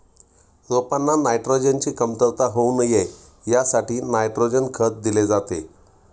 रोपांना नायट्रोजनची कमतरता होऊ नये यासाठी नायट्रोजन खत दिले जाते